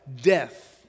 Death